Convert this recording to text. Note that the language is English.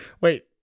Wait